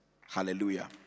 Hallelujah